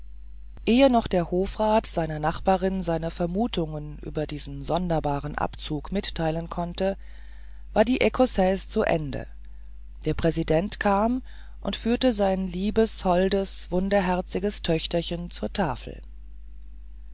ehe noch der hofrat seiner nachbarin seine vermutungen über diesen sonderbaren abzug mitteilen konnte war die ekossaise zu ende der präsident kam und führte sein liebes holdes wunderherziges töchterchen zur tafel